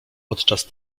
podczas